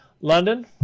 London